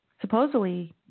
Supposedly